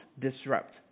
disrupt